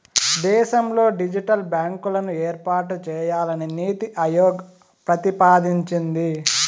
దేశంలో డిజిటల్ బ్యాంకులను ఏర్పాటు చేయాలని నీతి ఆయోగ్ ప్రతిపాదించింది